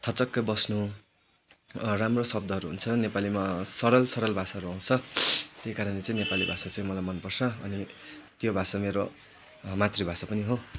थचक्कै बस्नु राम्रो शब्दहरू हुन्छ नेपालीमा सरल सरल भाषाहरू आउँछ त्यही कारणले चाहिँ मलाई नेपाली भाषा मनपर्छ अनि त्यो भाषा मेरो मातृभाषा पनि हो